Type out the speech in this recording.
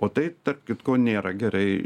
o tai tarp kitko nėra gerai